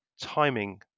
timing